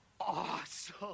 awesome